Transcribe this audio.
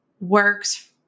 works